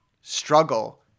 struggle